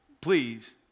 Please